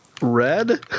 Red